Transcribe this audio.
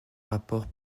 rapports